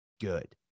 good